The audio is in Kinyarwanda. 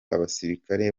abasirikare